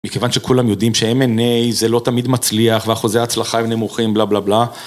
מכיוון שכולם יודעים ש-M&A זה לא תמיד מצליח ואחוזי ההצלחה הם נמוכים בלה בלה בלה.